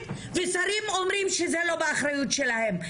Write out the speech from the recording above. ושרים אומרים שזה לא באחריות שלהם.